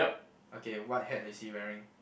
okay what hat is he wearing